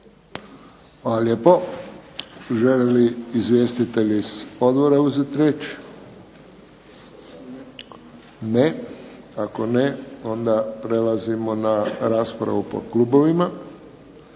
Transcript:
Hvala lijepo. Žele li izvjestitelji iz Odbora uzeti riječ? Ne. Ako ne, onda prelazimo na raspravu po klubovima.